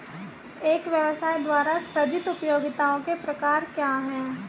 एक व्यवसाय द्वारा सृजित उपयोगिताओं के प्रकार क्या हैं?